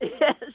Yes